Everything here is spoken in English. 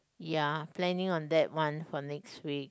ya planning on that one for next week